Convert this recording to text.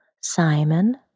Simon